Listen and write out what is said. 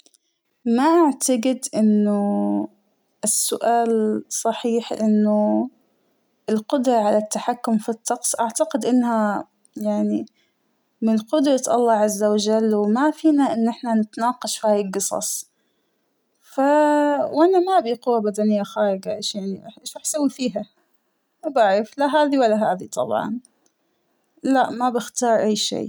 ما أعتقد أنه السؤال صحيح انه: القدرة على التحكم فى الطقس ، أعتقد إنها يعنى من قدرة الله عز وجل وما فينا ان أحنا نتناقش فى هاى القصص، فا وأنا مأبى قوة بدنية خارقة اش يعنى اش راح سوى فيها ، ما بعرف لاهادى ولا هادى طبعاً ، لأ ما بختار أى شى.